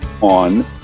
on